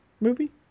movie